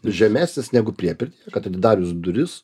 žemesnis negu priepirty kad atidarius duris